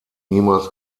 niemals